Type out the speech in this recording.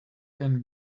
can